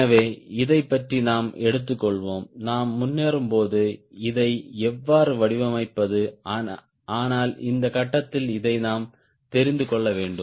எனவே இதைப் பற்றி நாம் எடுத்துக்கொள்வோம் நாம் முன்னேறும்போது இதை எவ்வாறு வடிவமைப்பது ஆனால் இந்த கட்டத்தில் இதை நாம் தெரிந்து கொள்ள வேண்டும்